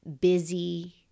busy